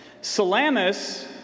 Salamis